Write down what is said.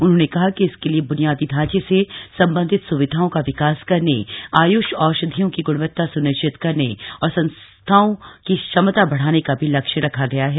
उन्होंने कहा कि इसके लिए बुनियादी ढांचे से संबंधित सुविधाओं का विकास करने आयुष औषधियों की गुणवत्ता सुनिश्चित करने और संस्थाओं की क्षमता बढाने का भी लक्ष्य रखा गया है